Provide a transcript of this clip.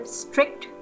strict